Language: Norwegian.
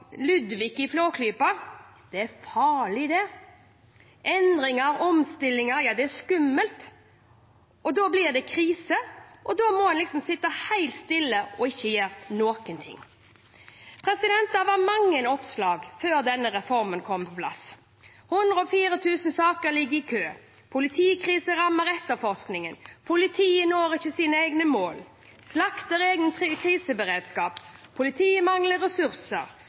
Ludvig i Flåklypa – «det er fali, det». Endringer og omstillinger er skummelt. Da blir det krise, og da må en liksom sitte helt stille og ikke gjøre noen ting. Det var mange oppslag før denne reformen kom på plass: 104 000 saker ligger i kø. Politikrise rammer etterforskningen. Politiet når ikke sine egne mål. Politiet slakter egen kriseberedskap. Politiet mangler ressurser.